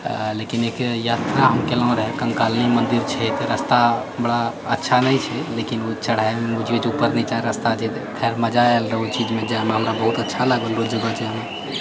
लेकिन एक यात्रा हम केलहुँ रहै कंकाली मन्दिर छै रास्ता बड़ा अच्छा नहि छै लेकिन ओ चढ़ाइमे जेछै उपरनीचाँ जाएके रास्ता छै मजा आएल रहै ओ चीजमे हमरा बहुत अच्छा लागल ओ जगह